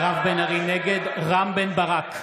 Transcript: (קורא בשמות חברי הכנסת) רם בן ברק,